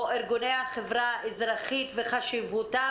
או ארגוני החברה האזרחית וחשיבותם,